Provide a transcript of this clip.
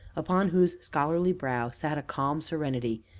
upon whose scholarly brow sat a calm serenity,